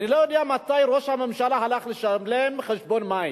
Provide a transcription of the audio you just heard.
אני לא יודע מתי ראש הממשלה הלך לשלם חשבון מים,